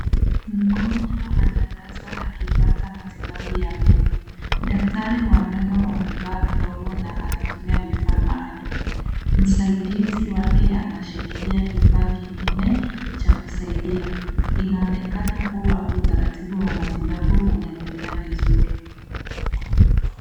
Mgonjwa analazwa akipata matibabu ya meno. Daktari wa meno amevaa glovu na anatumia vifaa maalum. Msaidizi wake anashikilia kifaa kingine cha kusaidia. Inaonekana kuwa utaratibu wa matibabu unaendelea vizuri.